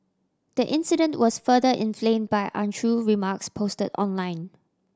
the incident was further inflamed by untrue remarks posted online